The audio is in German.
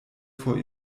vor